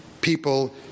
people